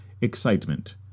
Excitement